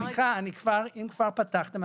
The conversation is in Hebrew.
אם כבר פתחתם,